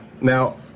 Now